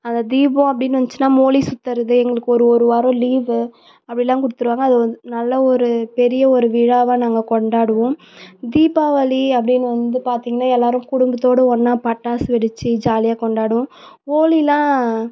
அந்த தீபம் அப்படின்னு வந்துச்சுன்னா மோலி சுத்துறது எங்களுக்கு ஒரு ஒரு வாரம் லீவு அப்படிலாம் கொடுத்துருவாங்க அதில் வந்து நல்ல ஒரு பெரிய ஒரு விழாவாக நாங்கள் கொண்டாடுவோம் தீபாவளி அப்படின்னு வந்து பார்த்தீங்கன்னா எல்லோரும் குடும்பத்தோடு ஒன்னாக பட்டாசு வெடித்து ஜாலியாக கொண்டாடுவோம் ஹோலிலாம்